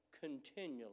continually